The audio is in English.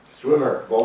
Swimmer